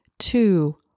two